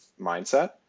mindset